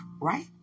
right